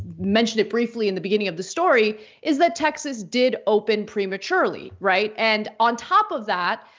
mentioned it briefly in the beginning of the story is that texas did open prematurely, right? and on top of that,